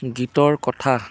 গীতৰ কথা